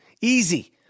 Easy